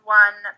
one